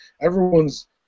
everyone's